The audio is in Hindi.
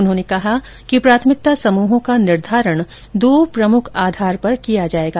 उन्होंने कहा कि प्राथमिकता समूहों का निर्धारण दो प्रमुख आधारों पर किया जाएगा